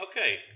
Okay